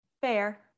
Fair